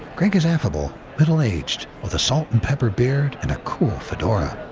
greg is affable middle aged, with a salt and pepper beard and a cool fedora.